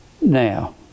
Now